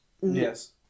Yes